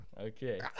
Okay